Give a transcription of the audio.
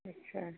अच्छा